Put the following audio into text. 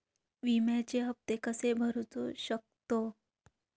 विम्याचे हप्ते कसे भरूचो शकतो?